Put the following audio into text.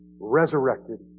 resurrected